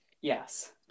Yes